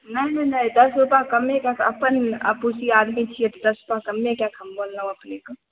नहि नहि नहि दस रूपा कमे कए कऽ अपन आपुसी आदमी छियै तऽ सस्ता कमे कए कऽ हम बोललहुॅं अपनेके